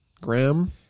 Graham